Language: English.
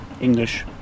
English